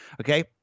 Okay